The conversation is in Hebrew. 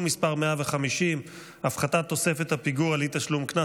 מס' 150) (הפחתת תוספת הפיגור על אי-תשלום קנס),